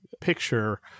picture